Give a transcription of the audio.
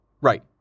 Right